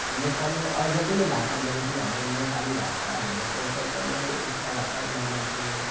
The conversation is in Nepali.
यो नेपाली अरू जति नै भाषा बोले पनि हाम्रो यो नेपाली भाषा भन्ने कुरो चाहिँ एकदमै उच्च लाग्छ किनभने मान्छेले